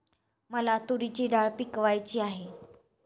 मला तूरीची डाळ पिकवायची आहे